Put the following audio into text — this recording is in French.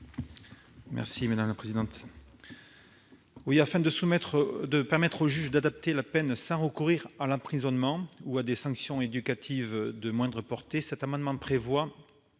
est à M. François Bonhomme. Afin de permettre au juge d'adapter la peine sans recourir à l'emprisonnement ou à des sanctions éducatives de moindre portée, cet amendement prévoit